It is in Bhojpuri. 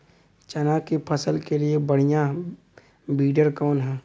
चना के फसल के लिए बढ़ियां विडर कवन ह?